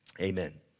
Amen